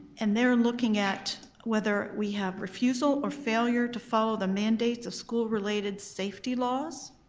and they're looking at whether we have refusal or failure to follow the mandates of school related safety laws.